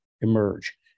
emerge